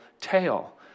tale